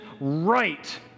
right